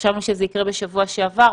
חשבנו שזה יקרה בשבוע שעבר,